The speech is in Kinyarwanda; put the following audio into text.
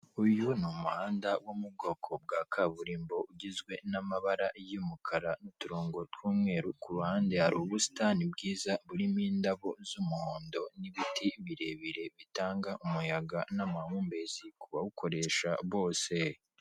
Uyu ni umuhanda wo mu bwoko bwa kaburimbo ugizwe n'amabara y'umukara, uturongo tw'umweru, ku ruhande hari ubusitani bwiza burimo indabo z'umuhondo n'ibiti birebire bitanga umuyaga n'amahumbezi ku bawukoresha bose.